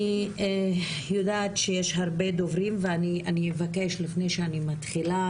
אני יודעת שיש הרבה דוברים ואני אבקש לפני שאני מתחילה,